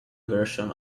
version